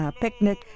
picnic